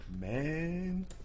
man